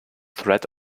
threat